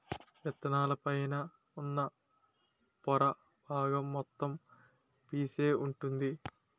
విత్తనాల పైన ఉన్న పొర బాగం మొత్తం పీసే వుంటుంది